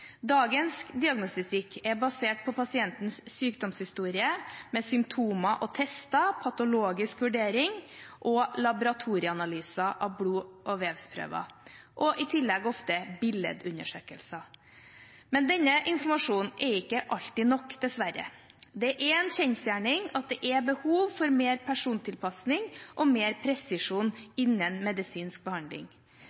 Dagens diagnostikk er basert på pasientens sykdomshistorie, med symptomer og tester, patologisk vurdering og laboratorieanalyser av blod- og vevsprøver – og i tillegg ofte billedundersøkelser. Men denne informasjonen er ikke alltid nok, dessverre. Det er en kjensgjerning at det er behov for mer persontilpasning og mer presisjon